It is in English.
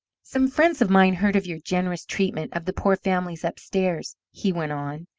some friends of mine heard of your generous treatment of the poor families upstairs, he went on,